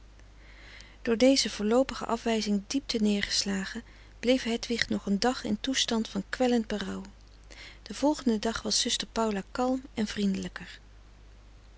door deze voorloopige afwijzing diep terneergeslagen bleef hedwig nog een dag in toestand van kwellend berouw den volgenden dag was zuster paula kalm en vriendelijker